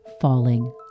falling